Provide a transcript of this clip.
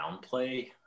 downplay